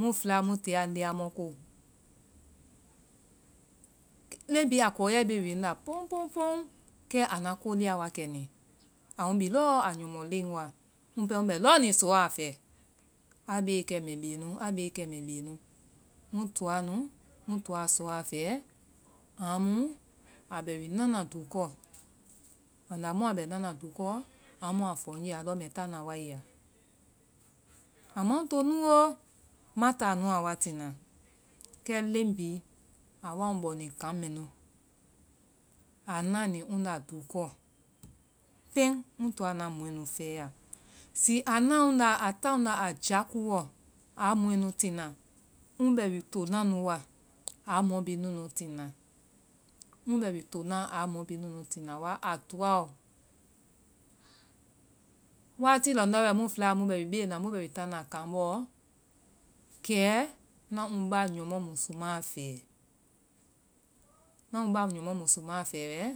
mufɛlaa mu tia ndiamɔɔ ko. Leŋ bhii a kɔɔyae bee ya wi ŋnda po; poŋ poŋ, kɛ ana ko liya wakɛ ni. Aa ŋ bi lɔɔ a nyɔmɔ leŋ wa. Ŋpɛɛ mbɛ lɔɔ ni sɔɔ a fɛ, a bee kɛ, mbɛ bee nu, a bee kɛ mbɛ beenu. mu toa- ŋ toa sɔɔ a fɛ amu a bɛ wi nana dukɔɔ, banda mu a bɛ nana dukɔɔ, amu aa fɔ ŋ nye a lɔ, mbɛ táana wa i ya. A ma ŋ to nu oo, ŋma táa nu a wa tina, kɛ leŋ bhii a wa ŋ bɔ ni kaŋ mɛnu, a naa ni ŋ nda dukɔɔ, pɛŋ ŋ toa ŋna mɔɛ nu fɛɛya. Zii a naa ŋnda, a táa ŋnda a jákuuwɔ aa mɔɛ nu tina, ŋ bɛ wi tonaa nu wa aa mɔɛ bhii nunu tina. Ŋbɛ wi ronaa aa mɔ bhii nuu tina wa, a toaɔ wati lɔndɔ́ mu fɛlaa mu bɛ wi beena mu bɛ táana kaŋ bɔɔ, kɛ ŋna ŋ ba nyɔmɔ musumaa fɛɛ, ŋna ŋ ba nyɔmɔ musumaa fɛɛ wɛɛ